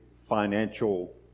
financial